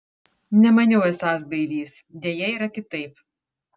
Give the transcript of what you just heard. nemaniau esąs bailys deja yra kitaip